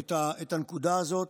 את הנקודה הזאת.